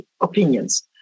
opinions